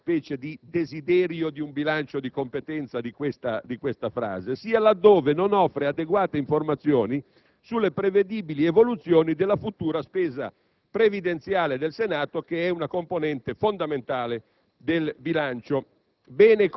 di una specie di desiderio di un bilancio di competenza di questa frase), sia laddove non offre adeguate informazioni sulle prevedibili evoluzioni della futura spesa previdenziale del Senato, che è una componente fondamentale del bilancio.